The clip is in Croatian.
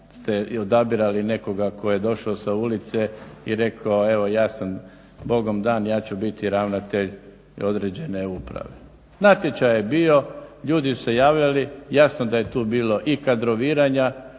ste odabirali nekoga tko je došao sa ulice i rekao evo ja sam Bogom dan, ja ću biti ravnatelj određene uprave. Natječaj je bio, ljudi su se javljali jasno da je tu bilo i kadroviranja